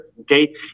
okay